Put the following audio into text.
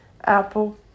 Apple